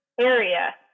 area